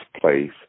place